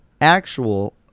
actual